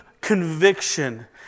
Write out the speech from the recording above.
conviction